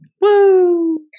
Woo